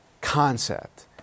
concept